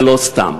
ולא סתם.